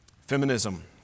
Feminism